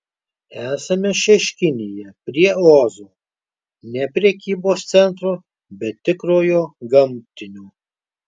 esame šeškinėje prie ozo ne prekybos centro bet tikrojo gamtinio